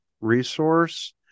resource